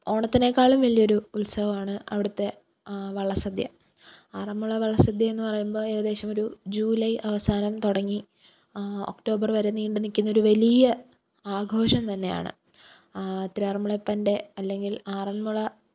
ഓണത്തിനേക്കാളും വലിയൊരു ഉത്സവമാണ് അവിടുത്തെ വള്ളസദ്യ ആറന്മുള വള്ളസദ്യയെന്ന് പറയുമ്പോൾ ഏകദേശമൊരു ജൂലൈ അവസാനം തുടങ്ങി ഒക്റ്റോബർ വരെ നീണ്ടു നിൽക്കുന്നൊരു വലിയ ആഘോഷം തന്നെയാണ് തിരുവാറന്മുളയപ്പന്റെ അല്ലെങ്കില് ആറന്മുള